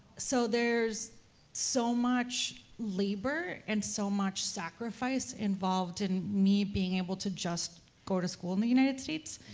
so, there's so much labor and so much sacrifice involved in me being able to just go to school in the united states,